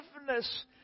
forgiveness